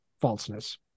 falseness